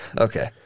Okay